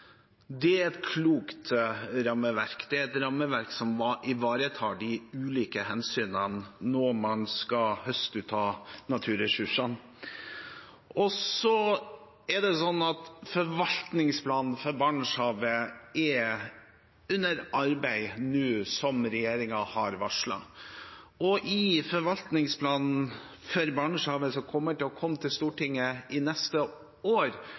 Det er et klokt rammeverk, det er et rammeverk som ivaretar de ulike hensynene når man skal høste av naturressursene. Forvaltningsplanen for Barentshavet er under arbeid nå, som regjeringen har varslet. I forvaltningsplanen for Barentshavet, som vil komme til Stortinget neste år, vil også avklaringen rundt iskanten bli belyst, der regjeringen kommer til å legge til grunn det man gjør i